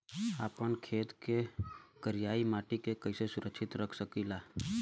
आपन खेत के करियाई माटी के कइसे सुरक्षित रख सकी ला?